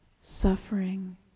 Suffering